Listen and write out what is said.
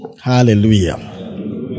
Hallelujah